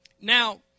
Now